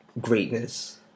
greatness